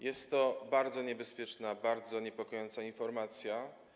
Jest to bardzo niebezpieczna, bardzo niepokojąca informacja.